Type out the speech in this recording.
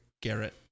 Garrett